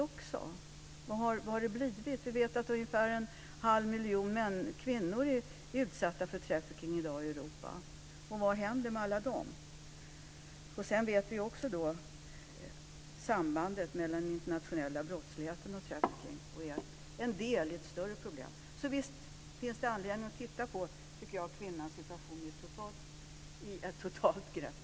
Vad har hänt? Vi vet att ungefär en halv miljon kvinnor är utsatta för trafficking i dag i Europa. Vad händer med alla dem? Vi känner också till sambandet mellan den internationella brottsligheten och trafficking, som är en del i ett större problem. Visst finns det anledning, tycker jag, att se över kvinnans situation med ett totalt grepp.